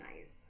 nice